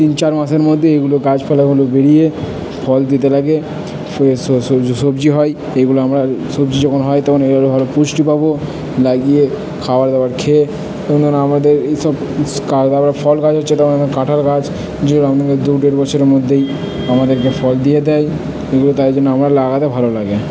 তিন চার মাসের মধ্যেই এগুলো গাছপালাগুলো বেরিয়ে ফল দিতে লাগে ফের সবজি সবজি হয় এইগুলো আমরা সবজি যখন হয় তখন এগুলো আমরা পুষ্টি পাব লাগিয়ে খাবার দাবার খেয়ে আমাদের এইসব ফল গাছ হচ্ছে কাঁঠাল গাছ দু দেড় বছরের মধ্যেই আমাদেরকে ফল দিয়ে দেয় এবং তাই জন্য আমার লাগাতে ভালো লাগে